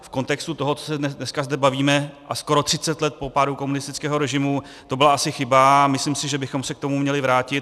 V kontextu toho, o čem se zde dneska bavíme, a skoro 30 let po pádu komunistického režimu, to byla asi chyba a myslím si, že bychom se k tomu měli vrátit.